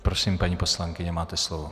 Prosím, paní poslankyně, máte slovo.